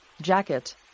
jacket